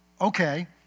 okay